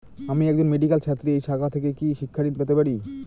আমি একজন মেডিক্যাল ছাত্রী এই শাখা থেকে কি শিক্ষাঋণ পেতে পারি?